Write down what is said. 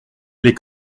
les